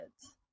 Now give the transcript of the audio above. kids